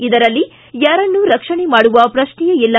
ಇದರಲ್ಲಿ ಯಾರನ್ನೂ ರಕ್ಷಣೆ ಮಾಡುವ ಪ್ರಶ್ನೆಯೇ ಇಲ್ಲ